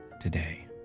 today